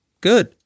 Good